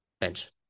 bench